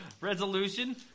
resolution